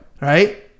right